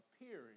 appearing